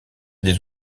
des